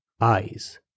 Eyes